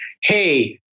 hey